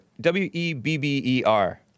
W-E-B-B-E-R